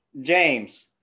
James